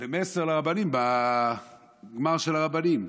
במסר לרבנים, בגמר של הרבנים,